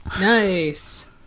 nice